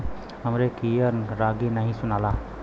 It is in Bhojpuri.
हमरे कियन रागी नही सुनाला